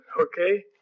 okay